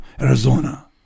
Arizona